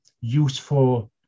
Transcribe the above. useful